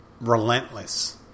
relentless